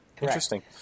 Interesting